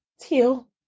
teal